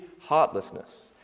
heartlessness